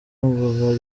ngo